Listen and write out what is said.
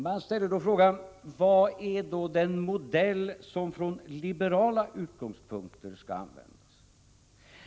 Man ställer då frågan: Vilken modell är det som från liberala utgångspunkter skall användas?